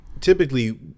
typically